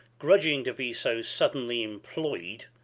grudging to be so suddenly imployd,